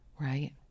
Right